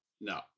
No